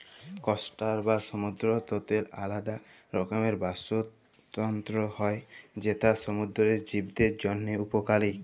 coastal বা সমুদ্দর তটের আলেদা রকমের বাস্তুতলত্র হ্যয় যেট সমুদ্দুরের জীবদের জ্যনহে উপকারী